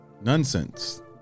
Nonsense